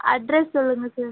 address சொல்லுங்கள் sir